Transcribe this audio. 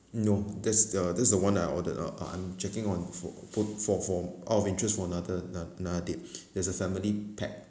no that's the that's the [one] that I ordered uh I'm checking on for food for for out of interest for another ano~ another date there's a family pack